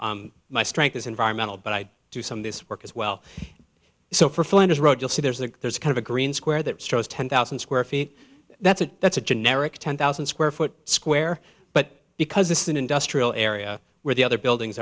process my strength is environmental but i do some of this work as well so for flinders road you'll see there's a there's a kind of a green square that shows ten thousand square feet that's a that's a generic ten thousand square foot square but because this is an industrial area where the other buildings